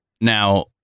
Now